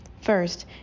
First